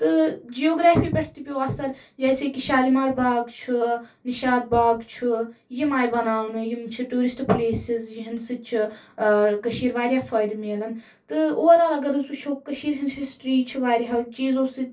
تہٕ جیوغرافی پٮ۪ٹھ تہِ پیوو اَثر جیسے أکہِ شالِمار باغ چھُ نِشاط باغ چھُ یِم آیہِ بَناونہٕ یِم چھِ ٹوٗرِسٹ پَلیسٕز یِہنٛدۍ سۭتۍ چھُ کٔشیٖر واریاہ فٲیدٕ ملان تہٕ اوٚور آل اَگر أسۍ وچھو کٔشیٖر ہٕنٛز ہِسٹری چھِ واریاہو چیٖزو سۭتۍ